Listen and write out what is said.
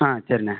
ஆ சரிண்ணே